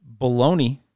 Baloney